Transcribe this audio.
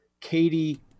Katie